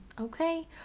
okay